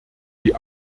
die